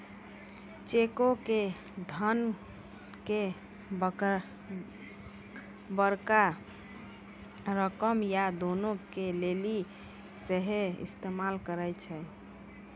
चेको के धन के बड़का रकम या दानो के लेली सेहो इस्तेमाल करै छै